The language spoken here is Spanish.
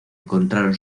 encontraron